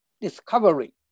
discovery